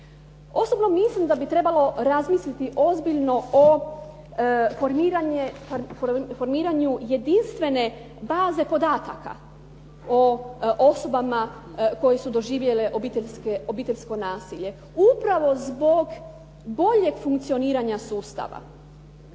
Osobno mislim da bi trebalo razmisliti ozbiljno o formiranju jedinstvene baze podataka o osobama koje su doživjele obiteljsko nasilje. Upravo zbog boljeg funkcioniranja sustava.